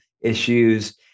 issues